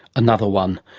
another one.